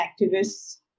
activists